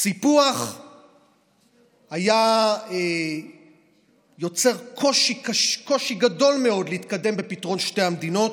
סיפוח היה יוצר קושי גדול מאוד להתקדם בפתרון שתי המדינות,